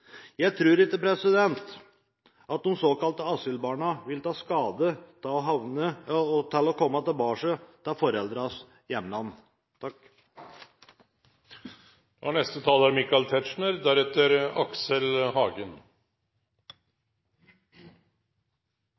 Jeg tror ikke at de såkalte asylbarna vil ta skade av å komme tilbake til foreldrenes hjemland. Mitt innlegg kommer til